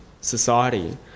society